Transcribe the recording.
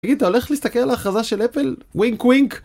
תגיד, אתה הולך להסתכל על ההכרזה של אפל? ווינק ווינק!